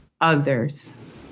others